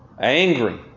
Angry